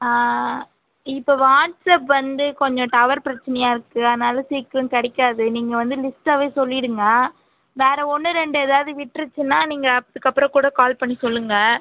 இப்போ வாட்ஸ்அப் வந்து கொஞ்சம் டவர் பிரச்சனையாக இருக்கு அதனால் சீக்கிரம் கிடைக்காது நீங்கள் வந்து லிஸ்ட்டாகவே சொல்லிருங்க வேறு ஒன்று ரெண்டு எதாவது விட்ருச்சுன்னா நீங்கள் அதுக்கப்புறம் கூட கால் பண்ணி சொல்லுங்கள்